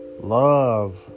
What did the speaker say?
Love